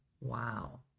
Wow